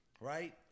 right